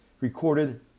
recorded